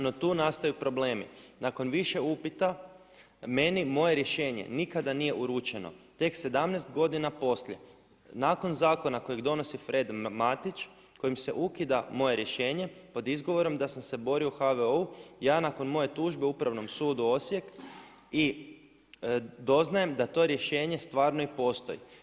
No tu nastaju problemi, nakon više upita meni moje rješenje nikada nije urečeno, tek 17 godina poslije nakon zakona kojeg donosi Fred Matić kojim se ukida moje rješenje pod izgovorom da sam se borio u HVO-u. ja nakon moje tužbe Upravnom sudu Osijek doznajem da to rješenje stvarno i postoji.